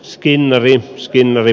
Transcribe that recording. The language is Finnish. skinnari skinnari